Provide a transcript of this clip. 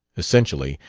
essentially,